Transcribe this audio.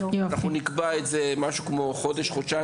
אנחנו נקבע את זה עוד משהו כמו חודש-חודשיים,